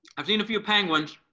i've seen a few penguins.